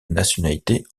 nationalité